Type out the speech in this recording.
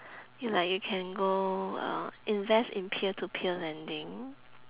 you like you can go uh invest in peer to peer lending